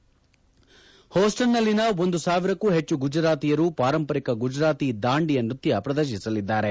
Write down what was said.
ಹ್ಲೂಸ್ಸನ್ನಲ್ಲಿನ ಒಂದು ಸಾವಿರಕ್ಕೂ ಹೆಚ್ಚು ಗುಜರಾತಿಯರು ಪಾರಂಪರಿಕ ಗುಜರಾತಿ ದಾಂಡಿಯ ನ್ನತ್ನ ಪ್ರದರ್ತಿಸಲಿದ್ದಾರೆ